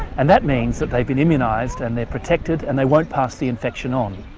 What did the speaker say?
and that means that they've been immunised and they're protected and they won't pass the infection on.